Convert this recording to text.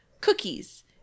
cookies